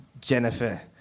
Jennifer